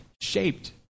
shaped